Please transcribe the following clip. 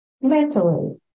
Mentally